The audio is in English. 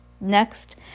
next